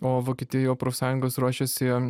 o vokietijoj jau profsąjungos ruošiasi